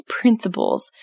principles